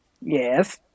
Yes